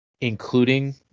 including